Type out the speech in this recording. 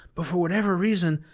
but for whatever reason,